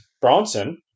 bronson